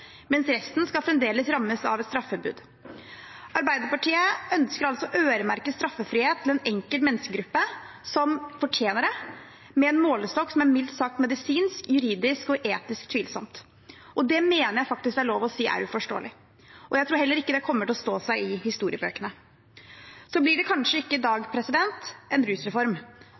mens resten fremdeles skal rammes av et straffebud. Arbeiderpartiet ønsker altså å øremerke straffefrihet for en enkelt menneskegruppe som fortjener det, med en målestokk som mildt sagt er medisinsk, juridisk og etisk tvilsom. Det mener jeg det faktisk er lov å si er uforståelig, og jeg tror heller ikke det kommer til å stå seg i historiebøkene. Så blir det kanskje ikke i dag en rusreform,